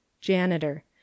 Janitor